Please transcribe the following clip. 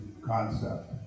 concept